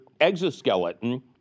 exoskeleton